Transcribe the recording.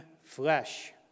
flesh